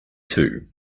two